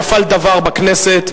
נפל דבר בכנסת,